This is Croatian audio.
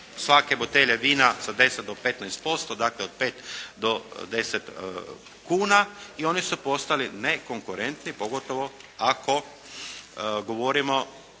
svake butelje vina za 10 do 15%, dakle od 5 do 10 kuna i oni su postali nekonkurentni pogotovo ako govorimo